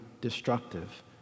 destructive